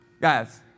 Guys